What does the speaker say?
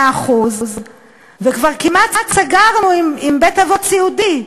כבר כמעט סגרנו עם בית-אבות סיעודי,